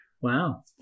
Wow